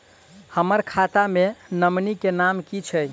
हम्मर खाता मे नॉमनी केँ नाम की छैय